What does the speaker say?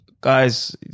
guys